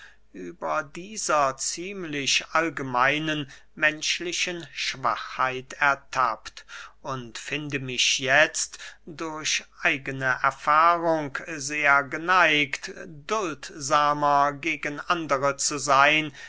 über dieser ziemlich allgemeinen menschlichen schwachheit ertappt und finde mich jetzt durch eigene erfahrung sehr geneigt duldsamer gegen andere zu seyn